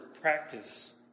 practice